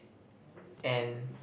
and